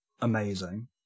amazing